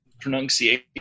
pronunciation